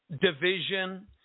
division